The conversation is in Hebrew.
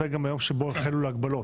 וזה גם היום שהחלו ההגבלות.